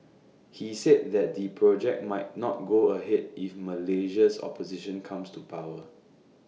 he said that the project might not go ahead if Malaysia's opposition comes to power